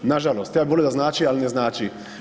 Nažalost, ja bi volio da znači, ali ne znači.